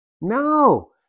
no